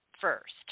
first